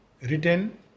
written